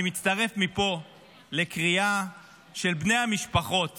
אני מצטרף מפה לקריאה של בני המשפחות